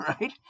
Right